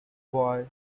boy